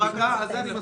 עבור זה,